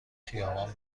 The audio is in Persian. خیابان